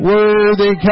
Worthy